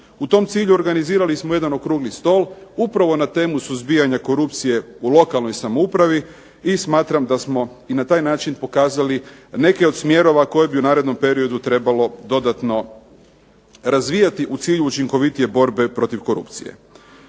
U tom cilju organizirali smo jedan Okrugli stol upravo na temu suzbijanja korupcije u lokalnoj samoupravi i smatram da smo i na taj način pokazali neki od smjerova koje bi u narednom periodu trebalo dodatno razvijati u cilju učinkovitije borbe protiv korupcije.